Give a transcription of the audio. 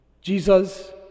Jesus